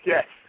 Yes